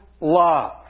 love